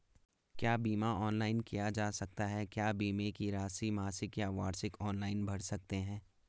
क्या बीमा ऑनलाइन किया जा सकता है क्या बीमे की राशि मासिक या वार्षिक ऑनलाइन भर सकते हैं?